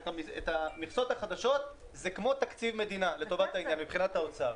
המכסות החדשות הם כמו תקציב מדינה לטובת העניין מבחינת האוצר.